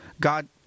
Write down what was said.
God